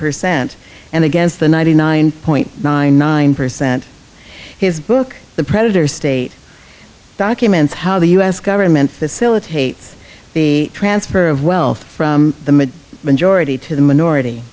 percent and against the ninety nine point nine nine percent his book the predator state documents how the u s government facilitates the transfer of wealth from the majority to the minority